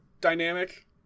dynamic